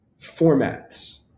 formats